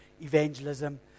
evangelism